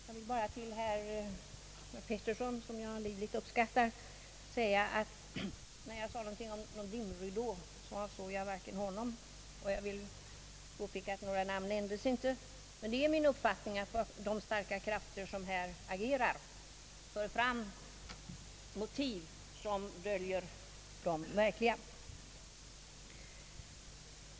Herr talman! Jag vill bara till herr Peterson, som jag livligt uppskattar, säga att när jag talade om dimridå avsåg jag inte honom, och jag vill också påpeka några namn nämndes inte. Det är min uppfattning att de starka krafter som här agerar för fram motiv som döljer de verkliga.